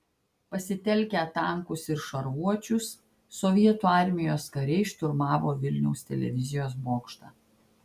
pasitelkę tankus ir šarvuočius sovietų armijos kariai šturmavo vilniaus televizijos bokštą